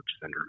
Center